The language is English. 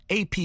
AP